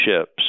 ships